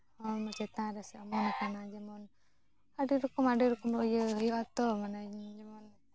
ᱦᱚᱲᱢᱚ ᱪᱮᱛᱟᱱ ᱨᱮᱥᱮ ᱚᱢᱚᱱ ᱟᱠᱟᱱᱟ ᱡᱮᱢᱚᱱ ᱟᱹᱰᱤ ᱨᱚᱠᱚᱢ ᱟᱹᱰᱤ ᱨᱚᱠᱚᱢ ᱤᱭᱟᱹ ᱦᱩᱭᱩᱜᱼᱟ ᱛᱚ ᱡᱮᱢᱚᱱ